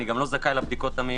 אני גם לא זכאי לבדיקות המהירות,